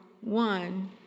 one